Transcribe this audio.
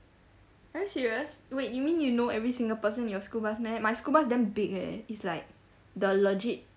are you serious wait you mean you know every single person in your school bus meh my school bus damn big eh it's like the legit